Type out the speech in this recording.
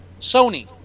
Sony